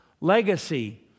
Legacy